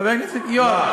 חבר הכנסת יואב,